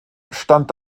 stand